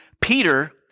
Peter